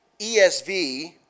ESV